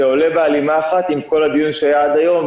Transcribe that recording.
זה עומד בהלימה אחת עם כל הדיון שהיה עד היום,